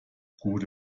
gute